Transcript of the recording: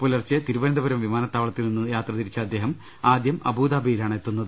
പുലർച്ചെ തിരുവനന്ത പുരം വിമാനത്താവളത്തിൽ നിന്ന് യാത്ര തിരിച്ച അദ്ദേഹം ആദ്യം അബുദാബിയി ലാണ് എത്തുന്നത്